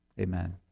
Amen